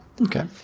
Okay